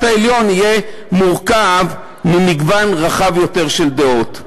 העליון יהיה מורכב ממגוון רחב יותר של דעות.